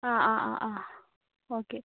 ആ ആ ആ ആ ഓക്കെ